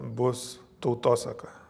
bus tautosaka